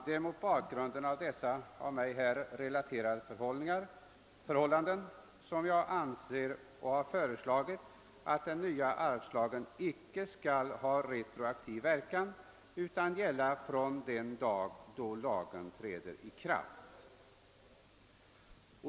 Det är mot bakgrund av dessa av mig här relaterade förhållanden som jag har föreslagit att den nya aryvslagen icke skall ha retroaktiv verkan utan gälla från den dag då lagen träder i kraft.